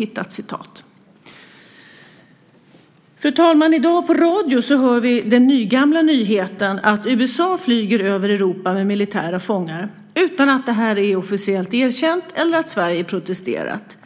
I dag hör vi på radio den nygamla nyheten att USA flyger över Europa med militära fångar utan att det är officiellt erkänt och utan att Sverige har protesterat.